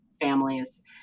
families